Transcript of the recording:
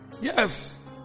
yes